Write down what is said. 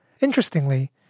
Interestingly